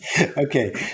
Okay